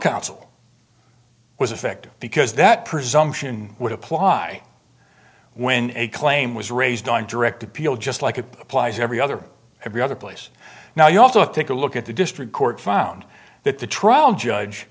counsel was effective because that presumption would apply when a claim was raised on direct appeal just like applies every other every other place now you also take a look at the district court found that the trial judge